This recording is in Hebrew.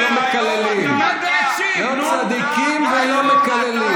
לא צדיקים ולא מקללים.